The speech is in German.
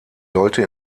sollte